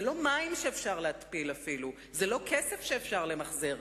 זה לא מים שאפשר להתפיל, זה לא כסף שאפשר למחזר.